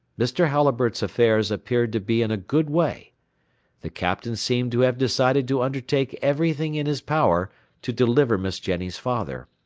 mr. halliburtt's affairs appeared to be in a good way the captain seemed to have decided to undertake everything in his power to deliver miss jenny's father,